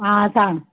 आं सांग